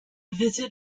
visit